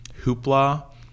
Hoopla